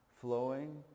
flowing